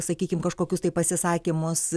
sakykim kažkokius tai pasisakymus